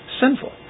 Sinful